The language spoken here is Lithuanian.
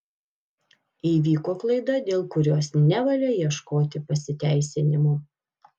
įvyko klaida dėl kurios nevalia ieškoti pasiteisinimų